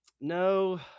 No